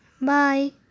Bye